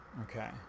okay